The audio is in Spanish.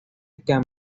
cambian